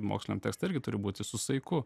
moksliniam tekste irgi turi būti su saiku